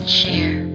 share